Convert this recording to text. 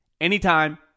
anytime